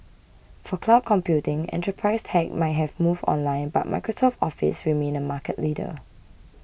for cloud computing enterprise tech might have moved online but Microsoft's Office remains a market leader